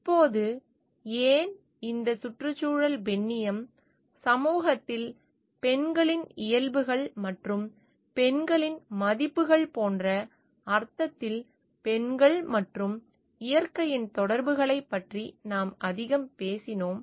இப்போது ஏன் இந்த சுற்றுச்சூழல் பெண்ணியம் சமூகத்தில் பெண்களின் இயல்புகள் மற்றும் பெண்களின் மதிப்புகள் போன்ற அர்த்தத்தில் பெண்கள் மற்றும் இயற்கையின் தொடர்புகளைப் பற்றி நாம் அதிகம் பேசினோம்